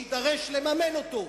שיידרש לממן אותו,